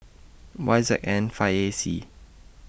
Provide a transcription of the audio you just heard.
Y Z N five A C